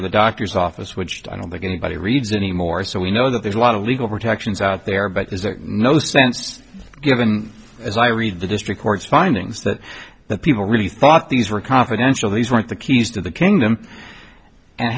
to the doctor's office which i don't think anybody reads anymore so we know that there's a lot of legal protections out there but no sense given as i read the district court's findings that that people really thought these were confidential these weren't the keys to the kingdom and